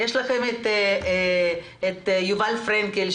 יש לכם את יובל פרנקל,